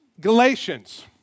Galatians